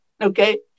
okay